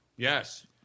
Yes